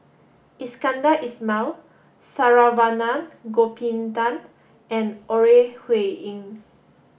Iskandar Ismail Saravanan Gopinathan and Ore Huiying